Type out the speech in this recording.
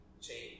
change